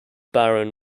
baron